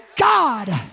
God